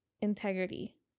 integrity